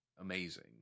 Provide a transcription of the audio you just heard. amazing